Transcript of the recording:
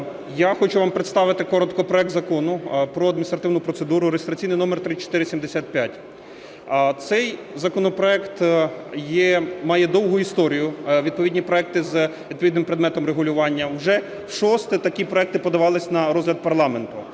Я хочу вам представити коротко проект Закону про адміністративну процедуру (реєстраційний номер 3475). Цей законопроект має довгу історію. Відповідні проекти з відповідним предметом регулювання вже вшосте такі проекти подавалися на розгляд парламенту.